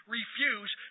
refuse